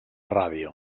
ràdio